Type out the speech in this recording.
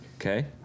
Okay